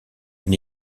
une